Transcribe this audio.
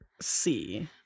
see